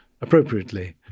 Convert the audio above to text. appropriately